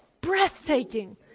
breathtaking